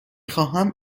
خواهم